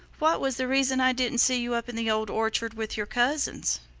what was the reason i didn't see you up in the old orchard with your cousins?